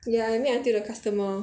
ya I make until the customer